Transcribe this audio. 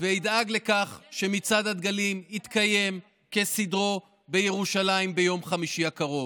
וידאג לכך שמצעד הדגלים יתקיים כסדרו בירושלים ביום חמישי הקרוב.